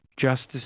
justice